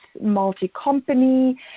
multi-company